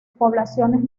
poblaciones